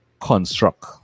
construct